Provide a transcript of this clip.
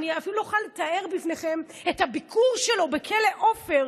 אני אפילו לא יכולה לתאר בפניכם את הביקור שלו בכלא עופר,